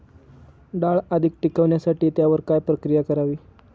डाळ अधिक टिकवण्यासाठी त्यावर काय प्रक्रिया करावी?